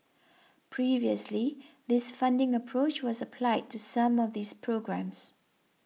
previously this funding approach was applied to some of these programmes